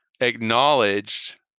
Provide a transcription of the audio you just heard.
acknowledged